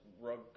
rug